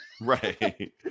right